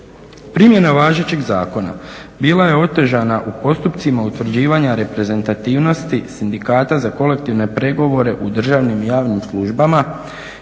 Primjena važećeg zakona bila je otežana u postupcima utvrđivanja reprezentativnosti sindikata za kolektivne pregovore u državnim i javnim službama